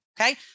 Okay